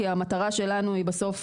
כי המטרה שלנו היא בסוף,